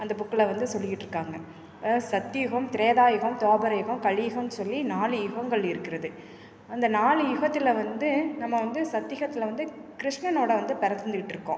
அந்த புக்கில் வந்து சொல்லிக்கிட்டிருக்காங்க இப்போ சக்தி யுகம் திரேதா யுகம் துவாபர யுகம் கலி யுகம் சொல்லி நாலு யுகங்கள் இருக்கிறது அந்த நாலு யுகத்தில் வந்து நம்ம வந்து சக்தி யுகத்துல வந்து கிருஷ்ணனோட வந்து பிறந்துக்கிட்ருக்கோம்